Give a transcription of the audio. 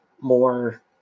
more